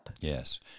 Yes